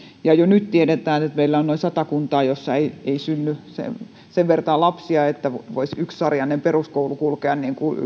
ja jo nyt tiedetään että meillä on noin sata kuntaa joissa ei synny sen sen vertaa lapsia että niissä voisi yksisarjainen peruskoulu kulkea